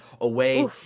away